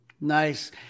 Nice